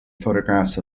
photographs